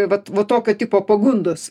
vat vat tokio tipo pagundos